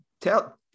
tell